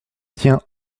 tiens